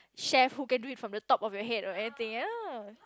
chef who can do it from top of your head right or anything ya